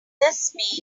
this